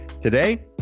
Today